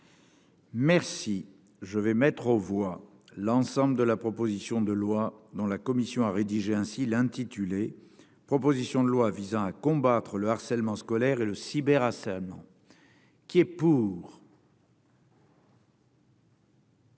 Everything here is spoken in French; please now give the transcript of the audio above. Merci, je vais mettre aux voix l'ensemble de la proposition de loi dans La Commission a rédigé ainsi l'intitulé : proposition de loi visant à combattre le harcèlement scolaire et le cyber Hassan.